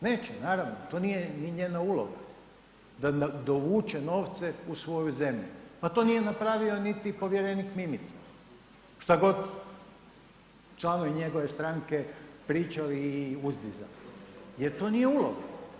Neće naravno, to nije ni njena uloga, da dovuče novce u svoju zemlju, pa to nije napravio niti povjerenik Mimica, šta god članovi njegove stranke pričali i uzdizali ga, jer to nije uloga.